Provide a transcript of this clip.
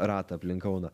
ratą aplink kauną